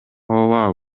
ооба